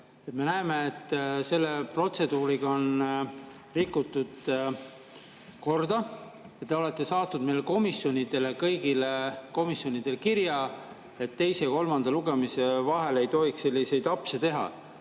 Me näeme, et selle protseduuriga on rikutud korda. Te olete saatnud meile, kõigile komisjonidele kirja, et teise ja kolmanda lugemise vahel ei tohiks selliseid apse teha,